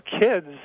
kids